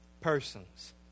persons